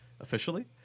officially